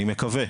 אני מקווה.